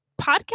podcast